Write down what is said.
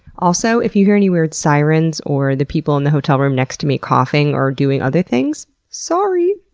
also, if you hear any weird sirens or the people in the hotel room next to me coughing or doing other things, sorry.